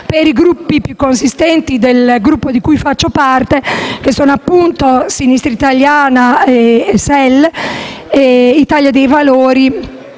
componenti più consistenti del Gruppo di cui faccio parte, che sono Sinistra Italiana-SEL, Italia dei Valori